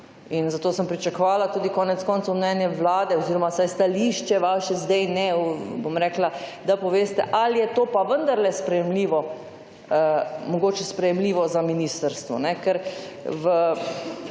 In zato sem pričakovala tudi konec koncev mnenje vlade oziroma vsaj stališče vaše zdaj, ne, bom rekla, da poveste ali je to pa vendarle sprejemljivo, mogoče sprejemljivo za ministrstvo. Ker v